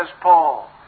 Paul